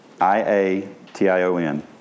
I-A-T-I-O-N